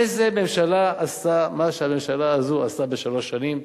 איזה ממשלה עשתה מה שהממשלה הזאת עשתה בשלוש שנים?